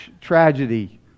tragedy